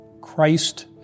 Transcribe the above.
Christ